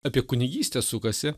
apie kunigystę sukasi